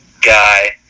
guy